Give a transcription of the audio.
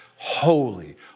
holy